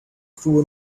through